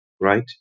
right